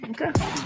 Okay